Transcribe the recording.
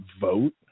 vote